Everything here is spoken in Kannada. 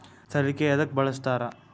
ಸಲಿಕೆ ಯದಕ್ ಬಳಸ್ತಾರ?